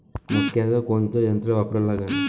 मक्याचं कोनचं यंत्र वापरा लागन?